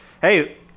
Hey